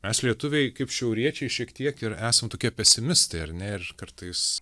mes lietuviai kaip šiauriečiai šiek tiek ir esam tokie pesimistai ar ne ir kartais